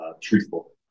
truthful